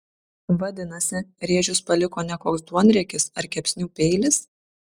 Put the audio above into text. vadinasi rėžius paliko ne koks duonriekis ar kepsnių peilis